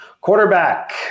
Quarterback